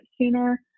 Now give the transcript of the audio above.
sooner